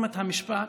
המשפט,